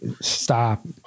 stop